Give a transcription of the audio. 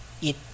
eat